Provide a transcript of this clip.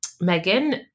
Megan